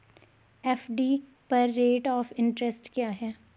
FD पर rate of interest क्या है?